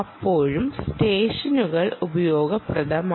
അപ്പോഴും സ്റ്റെഷനുകൾ ഉപയോഗപ്രദമാണ്